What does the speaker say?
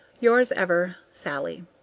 yours ever, sallie.